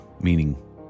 meaning